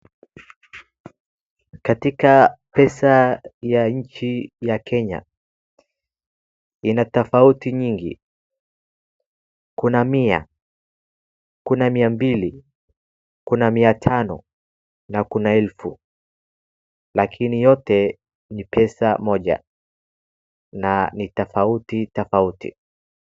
Katika pesa ya nchi ya Kenya, ina tofauti nyingi, kuna mia, kuna mia mbili, kuna mia tano na kuna elfu. Lakini yote ni pesa moja na ni tofautitofauti